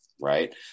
right